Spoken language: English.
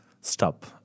stop